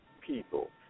people